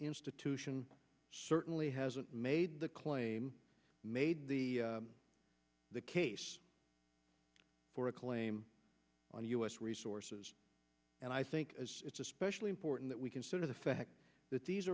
institution certainly hasn't made the claim made the case for a claim on u s resources and i think it's especially important that we consider the fact that these